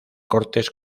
cortes